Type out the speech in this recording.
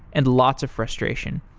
and lots of frustration.